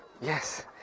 Yes